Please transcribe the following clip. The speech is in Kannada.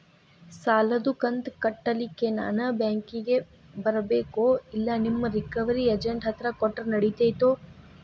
ಸಾಲದು ಕಂತ ಕಟ್ಟಲಿಕ್ಕೆ ನಾನ ಬ್ಯಾಂಕಿಗೆ ಬರಬೇಕೋ, ಇಲ್ಲ ನಿಮ್ಮ ರಿಕವರಿ ಏಜೆಂಟ್ ಹತ್ತಿರ ಕೊಟ್ಟರು ನಡಿತೆತೋ?